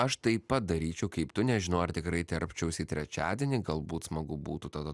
aš taip padaryčiau kaip tu nežinau ar tikrai terpčiaus į trečiadienį galbūt smagu būtų tada